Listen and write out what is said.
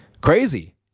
Crazy